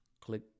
click